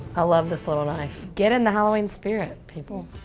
i love this little knife. get in the halloween spirit, people.